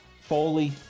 Foley